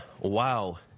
wow